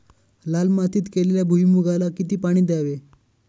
लाल मातीत केलेल्या भुईमूगाला किती पाणी द्यावे?